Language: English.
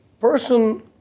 person